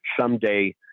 someday